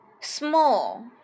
Small